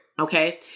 Okay